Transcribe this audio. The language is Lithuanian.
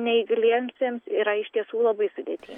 neįgaliesiems yra iš tiesų labai sudėtinga